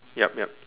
yup yup